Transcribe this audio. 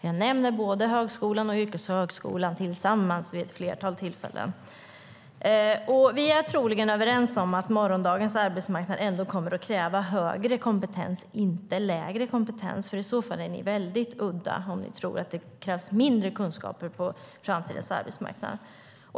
Jag nämner både högskola och yrkeshögskola tillsammans vid ett flertal tillfällen. Vi är troligen överens om att morgondagens arbetsmarknad ändå kommer att kräva högre kompetens, inte lägre. Annars är ni väldigt udda om ni tror att det krävs mindre kunskaper på framtidens arbetsmarknad.